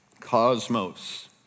Cosmos